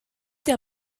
der